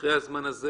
ואחרי הזמן הזה